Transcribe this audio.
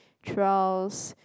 trials